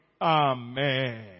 Amen